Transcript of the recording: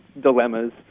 dilemmas